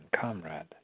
comrade